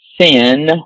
sin